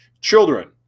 children